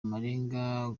amarenga